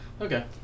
Okay